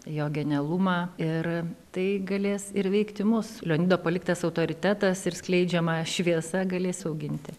jo genialumą ir tai galės ir veikti mus leonido paliktas autoritetas ir skleidžiama šviesa galės auginti